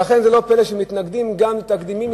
לכן לא פלא שמתנגדים גם לתקדימים,